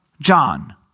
John